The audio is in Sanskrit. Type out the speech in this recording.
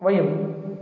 वयं